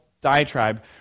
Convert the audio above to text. diatribe